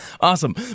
Awesome